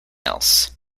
else